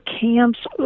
camps